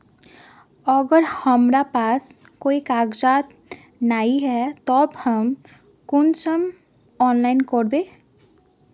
अगर हमरा पास कोई कागजात नय है तब हम कुंसम ऑनलाइन करबे?